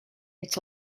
its